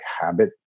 habit